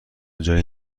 جایی